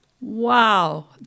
Wow